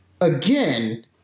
again